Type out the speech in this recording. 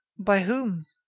by whom?